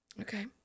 okay